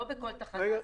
לא בכל תחנה.